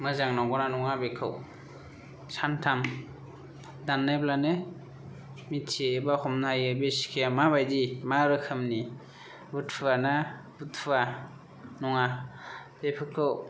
मोजां नंगौ ना नङा बेखौ सानथाम दाननायब्लानो मिथियो एबा हमनो हायो बे सिखाया माबायदि मा रोखोमनि बुथुवा ना बुथुवा नङा बेफोरखौ